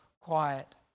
quiet